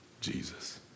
Jesus